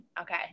Okay